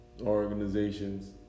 organizations